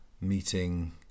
meeting